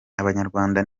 abanyarwanda